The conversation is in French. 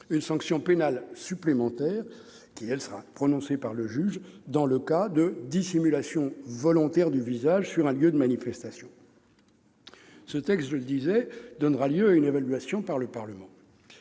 une sanction pénale supplémentaire, qui, elle, sera prononcée par le juge dans le cas de dissimulation volontaire du visage sur un lieu de manifestation. Ce texte, je l'ai souligné, donnera lieu à une évaluation par le Parlement.